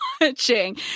watching